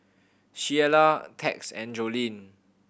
Shiela Tex and Joleen